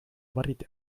worried